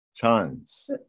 Tons